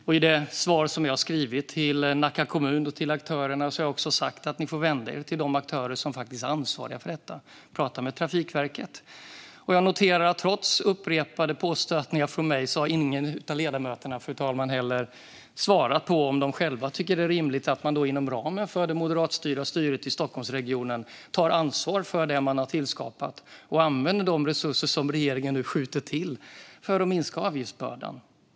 Och i det svar som jag har skrivit till Nacka kommun och till aktörerna har jag också sagt: Ni får vända er till de aktörer som faktiskt är ansvariga för detta. Prata med Trafikverket! Jag noterar att trots upprepade påstötningar från mig har ingen av ledamöterna, fru talman, svarat på om de tycker att det är rimligt att man inom ramen för det moderatledda styret i Stockholmsregionen tar ansvar för det man har tillskapat och använder de resurser som regeringen nu skjuter till för att minska avgiftsbördan.